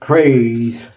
Praise